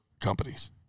companies